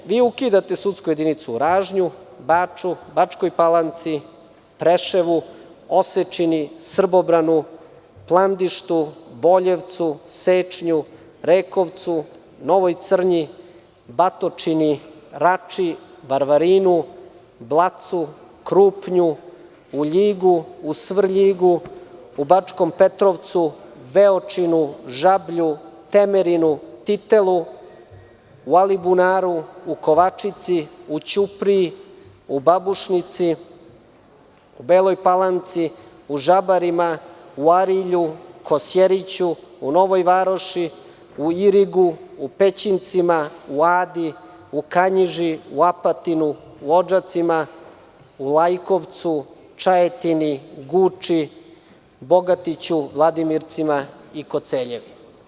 Ne, vi ukidate sudsku jedinicu u Ražnju, Baču, Bačkoj Palanci, Preševu, Osečini, Srbobranu, Plandištu, Boljevcu, Sečnju, Rekovcu, Novoj Crnji, Batočini, Rači, Varvarinu, Blacu, Krupnju, Ljigu, Svrljigu, Bačkom Petovcu, Beočinu, Žablju, Temerinu, Titelu, Alibunaru, Kovačici, Ćupriji, Babušnici, Beloj Palanci, Žabarima, Arilju, Kosjeriću, Novoj Varoši, Irigu, Pećincima, Adi, Kanjiži, Apatinu, Odžacima, Lajkovcu, Čajetini, Guči, Bogatiću, Vladimircima i Koceljevi.